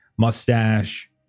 mustache